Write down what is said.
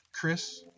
Chris